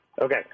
Okay